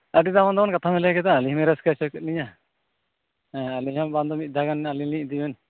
ᱟᱹᱰᱤ ᱫᱟᱢᱟᱱ ᱫᱟᱢᱟᱱ ᱠᱟᱛᱷᱟᱵᱮᱱ ᱞᱟᱹᱭ ᱠᱮᱫᱟ ᱟᱹᱞᱤᱧ ᱦᱚᱸᱵᱮᱱ ᱨᱟᱹᱥᱠᱟᱹ ᱦᱚᱪᱚ ᱠᱮᱫ ᱞᱤᱧᱟᱹ ᱦᱮᱸ ᱟᱹᱞᱤᱧ ᱦᱚᱸ ᱵᱟᱝᱫᱚ ᱢᱤᱫ ᱫᱷᱟᱣᱜᱟᱱ ᱟᱹᱞᱤᱧ ᱞᱤᱧ ᱤᱫᱤ ᱵᱮᱱ